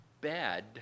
bad